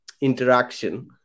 interaction